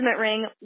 ring